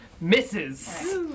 Misses